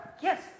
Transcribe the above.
Yes